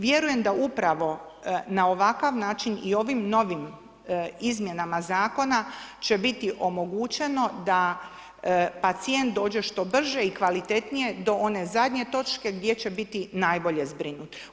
Vjerujem da upravo na ovakav način i ovim novim izmjenama zakona će biti omogućeno da pacijent dođe što brže i kvalitetnije do one zadnje točke gdje će biti najbolje zbrinut.